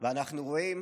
ואנחנו רואים